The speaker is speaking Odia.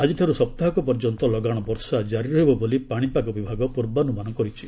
ଆଜିଠାରୁ ସପ୍ତାହକ ପର୍ଯ୍ୟନ୍ତ ଲଗାଣ ବର୍ଷା ଜାରି ରହିବ ବୋଲି ପାଣିପାଗ ବିଭାଗ ପୂର୍ବାନୁମାନ କରିଛି